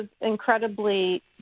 incredibly